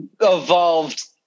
evolved